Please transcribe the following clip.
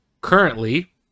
currently